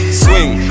swing